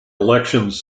elections